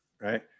Right